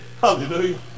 Hallelujah